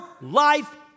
life